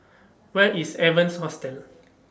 Where IS Evans Hostel